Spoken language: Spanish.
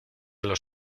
los